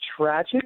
tragic